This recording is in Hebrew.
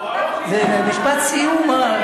זה משפט סיום.